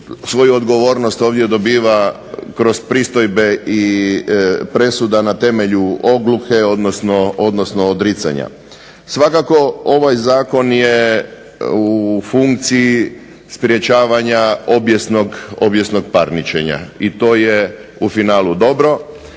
svoju odgovornost ovdje dobiva kroz pristojbe i presuda na temelju ogluhe odnosno odricanja. Svakako, ovaj zakon je u funkciji sprečavanja obijesnog parničenja i to je u finalu dobro